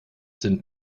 sind